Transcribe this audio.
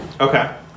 Okay